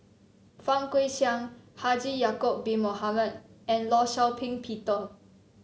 Fang Guixiang Haji Ya'acob Bin Mohamed and Law Shau Ping Peter